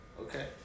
Okay